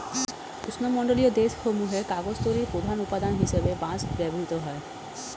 উষ্ণমণ্ডলীয় দেশ সমূহে কাগজ তৈরির প্রধান উপাদান হিসেবে বাঁশ ব্যবহৃত হয়